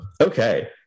Okay